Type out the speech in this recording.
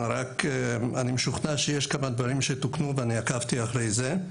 אני משוכנע שיש כמה דברים שתוקנו ואני עקבתי אחרי זה.